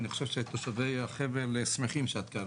אני חושב שתושבי החבל שמחים שאת כאן